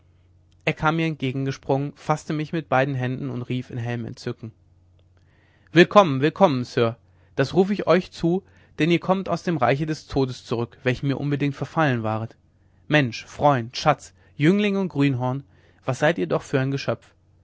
er kam mir entgegengesprungen faßte mich mit beiden händen und rief in hellem entzücken willkommen willkommen sir das rufe ich euch zu denn ihr kommt aus dem reiche des todes zurück welchem ihr unbedingt verfallen waret mensch freund schatz jüngling und greenhorn was seid ihr doch für ein geschöpf